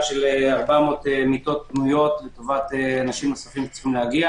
של 400 מיטות פנויות לאנשים שצפויים להגיע.